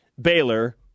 Baylor